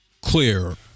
clear